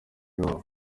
wabo